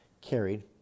carried